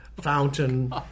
fountain